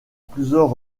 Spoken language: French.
plusieurs